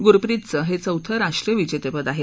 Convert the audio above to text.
गुरप्रितचं हे चौथं राष्ट्रीय विजेतेपद आहे